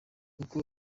uko